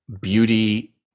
beauty